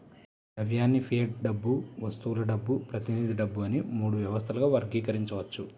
ద్రవ్యాన్ని ఫియట్ డబ్బు, వస్తువుల డబ్బు, ప్రతినిధి డబ్బు అని మూడు వ్యవస్థలుగా వర్గీకరించవచ్చు